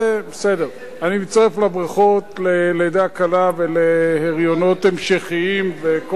אני מצטרף לברכות ללידה קלה ולהריונות המשכיים וכל הדברים הטובים,